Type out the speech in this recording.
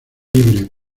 libre